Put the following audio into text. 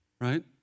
right